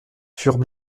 furent